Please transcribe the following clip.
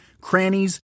crannies